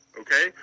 okay